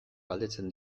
galdetzen